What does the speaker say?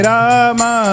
Rama